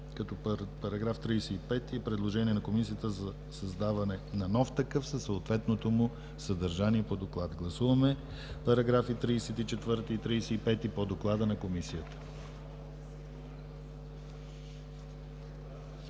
Параграф 35 – предложение на Комисията за създаване на нов такъв със съответното му съдържание по доклада. Гласуваме параграфи 34 и 35 по доклада на Комисията.